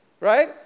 right